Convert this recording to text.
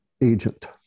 agent